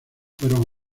fueron